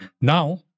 Now